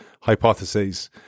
hypotheses